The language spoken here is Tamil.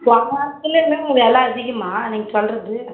போன வாரத்தை விட விலை அதிகம்மா நீங்கள் சொல்கிறது